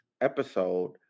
episode